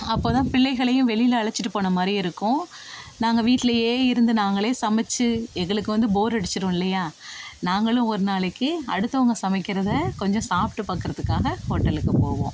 அப்போ தான் பிள்ளைகளையும் வெளியில் அழைச்சிட்டு போன மாதிரியும் இருக்கும் நாங்கள் வீட்லேயே இருந்து நாங்களே சமைத்து எங்களுக்கு வந்து போர் அடிச்சிடும் இல்லையா நாங்களும் ஒரு நாளைக்கு அடுத்தவங்க சமைக்கிறதை கொஞ்சம் சாப்பிட்டு பார்க்கறத்துக்காக ஹோட்டலுக்கு போவோம்